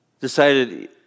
decided